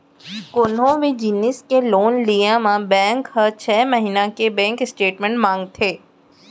कोनों भी जिनिस के लोन लिये म बेंक हर छै महिना के बेंक स्टेटमेंट मांगथे